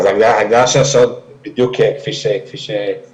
אז העניין של השעות, בדיוק כפי שהזכרת,